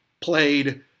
played